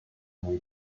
muy